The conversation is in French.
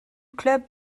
club